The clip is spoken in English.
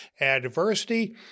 adversity